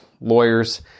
lawyers